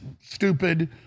stupid